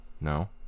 No